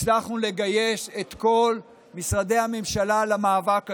הצלחנו לגייס את כל משרדי הממשלה למאבק הזה,